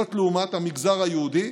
לעומת המגזר היהודי,